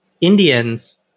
Indians